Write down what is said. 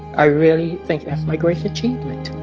i really think that's my greatest achievement.